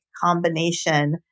combination